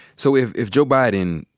so if if joe biden,